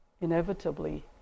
inevitably